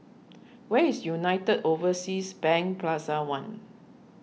where is United Overseas Bank Plaza one